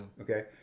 Okay